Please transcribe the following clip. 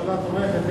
הממשלה תומכת,